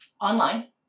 online